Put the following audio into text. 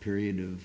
period of